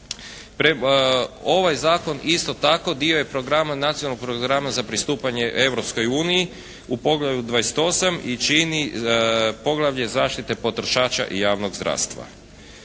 Ovaj zakon isto tako dio je programa, Nacionalnog programa za pristupanje Europskoj uniji u poglavlju 28. i čini poglavlje zaštite potrošača i javnog zdravstva.